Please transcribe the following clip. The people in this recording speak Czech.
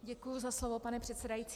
Děkuji za slovo, pane předsedající.